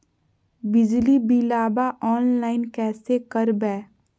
बिजली बिलाबा ऑनलाइन कैसे करबै?